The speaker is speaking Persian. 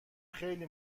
خیلی